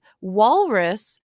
walrus